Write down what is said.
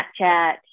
Snapchat